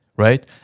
Right